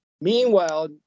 Meanwhile